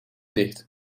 dicht